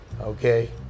okay